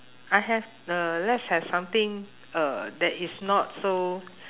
I have uh let's have something uh that is not so